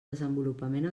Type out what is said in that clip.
desenvolupament